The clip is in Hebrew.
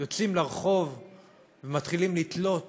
יוצאים לרחוב ומתחילים לתלות